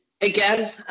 again